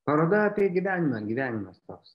paroda apie gyvenimą gyvenimas toks